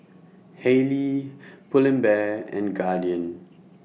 Haylee Pull and Bear and Guardian